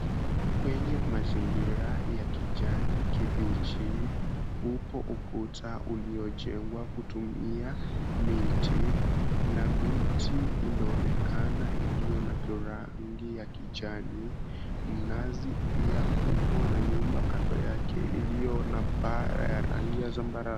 Kwenye mazingira ya kijani kibichi, upo ukuta uliojengwa kutumia miti na miti inaonekana iliyo na rangi ya kijani, minazi pia upo na nyumba kando yake iliyo na paa ya rangi ya zambarau.